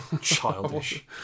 Childish